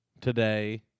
today